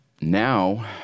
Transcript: now